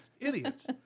idiots